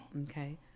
okay